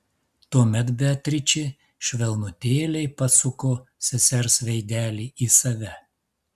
tuomet beatričė švelnutėliai pasuko sesers veidelį į save